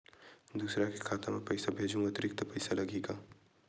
दूसरा के खाता म पईसा भेजहूँ अतिरिक्त पईसा लगही का?